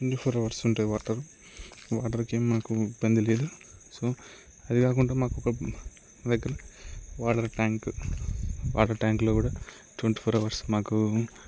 twenty four hours ఉంటాయి water వాటర్కి ఏమి మాకు ఇబ్బంది లేదు సో అది కాకుండా మాకు ఒక దగ్గర వాటర్ ట్యాంక్ వాటర్ ట్యాంక్లో కూడా మాకు ట్వంటీ ఫోర్ అవర్స్ మాకు